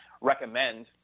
recommend